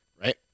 right